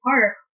Park